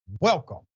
welcome